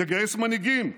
תגייס מנהיגים.